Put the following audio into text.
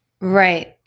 Right